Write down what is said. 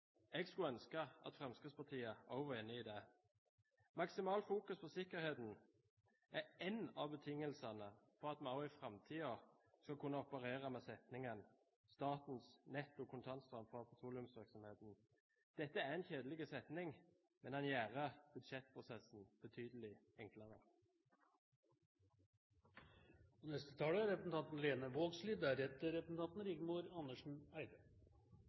Jeg skulle ønske at også Fremskrittspartiet var enig i det. Maksimalt fokus på sikkerheten er én av betingelsene for at vi også i framtiden skal kunne operere med setningen: «Statens netto kontantstrøm fra petroleumsvirksomheten Dette er en kjedelig setning, men den gjør budsjettprosessen betydelig enklere. Kvart år mottek mange kunstnarar og kulturberarar økonomisk støtte frå staten. Dette er